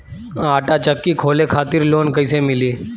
आटा चक्की खोले खातिर लोन कैसे मिली?